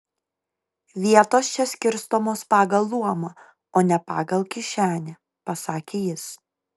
vietos čia skirstomos pagal luomą o ne pagal kišenę pasakė jis